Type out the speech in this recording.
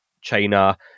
China